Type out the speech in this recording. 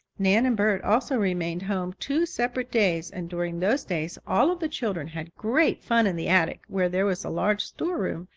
nan and bert also remained home two separate days, and during those days all of the children had great fun in the attic, where there was a large storeroom,